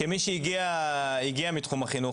כמי שהגיע מתחום החינוך,